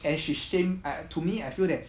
and she shame I to me I feel that